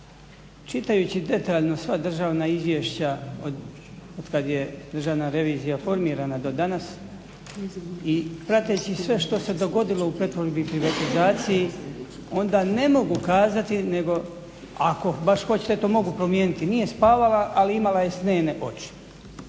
čitajući detaljno sva državna izvješća otkad je Državna revizija formirana do danas i prateći sve što se dogodilo u pretvorbi i privatizaciji onda ne mogu kazati nego ako baš hoćete eto mogu promijeniti nije spavala ali imala je snene oči